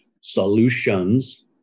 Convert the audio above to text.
solutions